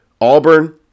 Auburn